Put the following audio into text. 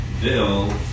bill